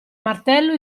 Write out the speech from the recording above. martello